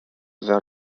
vers